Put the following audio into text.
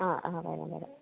ആ ആ വരാം വരാം